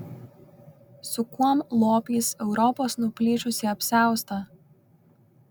su kuom lopys europos nuplyšusį apsiaustą